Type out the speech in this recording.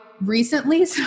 recently